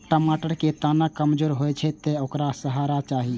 टमाटर के तना कमजोर होइ छै, तें ओकरा सहारा चाही